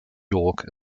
york